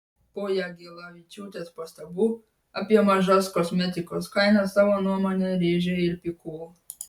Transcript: po jagelavičiūtės pastabų apie mažas kosmetikos kainas savo nuomonę rėžė ir pikul